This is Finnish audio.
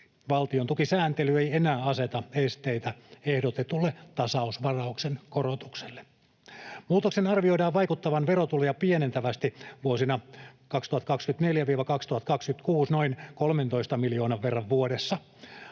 valtiontukisääntely ei enää aseta esteitä ehdotetulle tasausvarauksen korotukselle. Muutoksen arvioidaan vaikuttavan verotuloja pienentävästi vuosina 2024—2026 noin 13 miljoonan verran vuodessa.